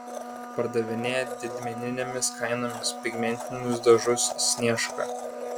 pardavinėja didmeninėmis kainomis pigmentinius dažus sniežka